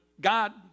God